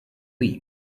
leave